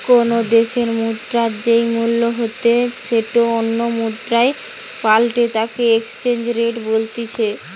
কোনো দ্যাশের মুদ্রার যেই মূল্য হইতে সেটো অন্য মুদ্রায় পাল্টালে তাকে এক্সচেঞ্জ রেট বলতিছে